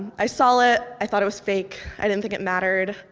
i saw ah it, i thought it was fake. i didn't think it mattered.